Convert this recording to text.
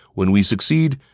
when we succeed,